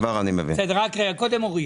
קודם אורית.